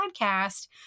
podcast